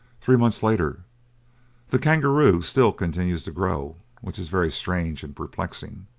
three months later the kangaroo still continues to grow, which is very strange and perplexing.